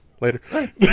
Later